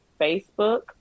Facebook